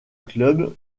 club